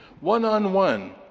one-on-one